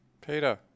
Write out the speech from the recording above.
Peter